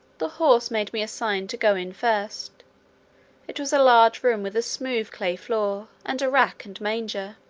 the horse made me a sign to go in first first it was a large room with a smooth clay floor, and a rack and manger,